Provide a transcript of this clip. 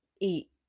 eat